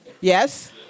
Yes